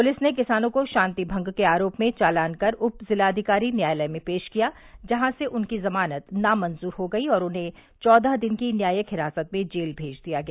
police ने किसानों को शांतिमंग के आरोप में चालान कर उप जिलाधिकारी न्यायालय में पेश किया जहां से उनकी जमानत नामंजूर हो गई और उन्हें चौदह दिन की न्यायिक हिरासत में जेल भेज दिया गया